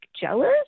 jealous